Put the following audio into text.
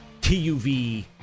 TUV